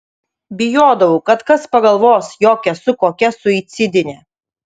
bijodavau kad kas pagalvos jog esu kokia suicidinė